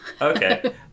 okay